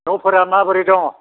न'फोरा माबोरै दङ'